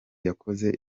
yakoze